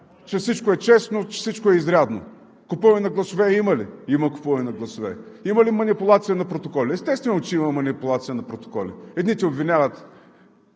че всичко е честно, че всичко е изрядно. Купуване на гласове има ли? Има купуване на гласове. Има ли манипулация на протоколи? Естествено, че има манипулация на протоколи. Едните обвиняват